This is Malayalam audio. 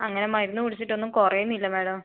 അങ്ങനെ മരുന്ന് കുടിച്ചിട്ടൊന്നും കുറയുന്നില്ല മാഡം